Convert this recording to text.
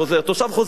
תושב חוזר.